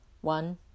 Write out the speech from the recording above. One